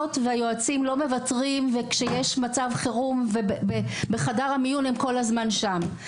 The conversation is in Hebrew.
והיועצים לא מוותרים וכשיש מצב חירום ובחדר המיון הם כל הזמן שם,